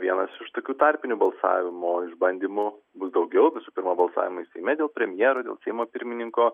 vienas iš tokių tarpinių balsavimų o išbandymų bus daugiau visų pirma balsavimai seime dėl premjero dėl seimo pirmininko